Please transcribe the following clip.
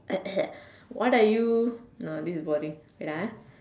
what are you no this is boring wait ah